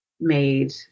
made